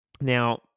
Now